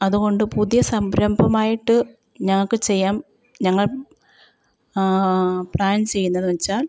അതുകൊണ്ട് പുതിയ സംരംഭമായിട്ട് ഞങ്ങൾക്കു ചെയ്യാം ഞങ്ങൾ പ്ലാൻ ചെയ്യുന്നതു വെച്ചാൽ